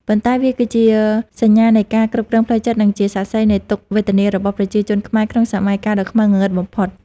ប៉ុន្តែវាគឺជាសញ្ញានៃការគ្រប់គ្រងផ្លូវចិត្ត និងជាសាក្សីនៃទុក្ខវេទនារបស់ប្រជាជនខ្មែរក្នុងសម័យកាលដ៏ខ្មៅងងឹតបំផុត។